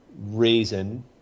reason